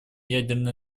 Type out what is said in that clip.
ядерной